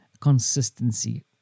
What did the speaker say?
consistency